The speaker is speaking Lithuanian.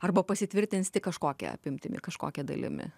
arba pasitvirtins tik kažkokia apimtimi kažkokia dalimi